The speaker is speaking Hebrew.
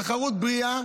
תחרות בריאה,